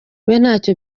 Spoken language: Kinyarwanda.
ntacyo